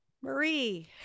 Marie